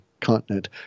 continent